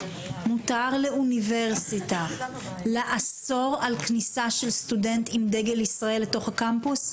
מותר לאוניברסיטה לאסור על כניסה של סטודנט עם דגל ישראל לתוך הקמפוס?